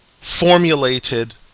formulated